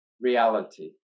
reality